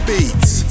Beats